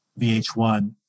VH1